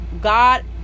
god